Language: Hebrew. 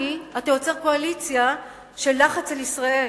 אתה יוצר קואליציה של לחץ על ישראל.